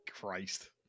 Christ